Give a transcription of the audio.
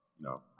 No